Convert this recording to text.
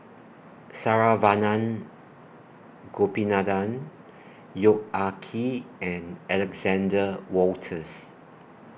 Saravanan Gopinathan Yong Ah Kee and Alexander Wolters